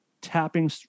tapping